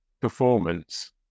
performance